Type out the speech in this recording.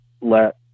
let